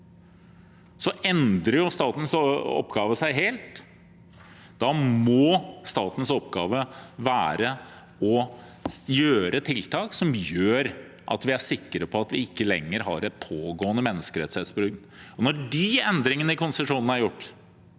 endrer statens oppgave seg helt. Da må statens oppgave være å gjøre tiltak som gjør at vi er sikre på at vi ikke lenger har et pågående menneskerettighetsbrudd. Når de endringene i konsesjonen er gjort